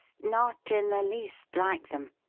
not in the least like them,